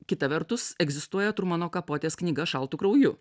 kita vertus egzistuoja trumano kapotės knyga šaltu krauju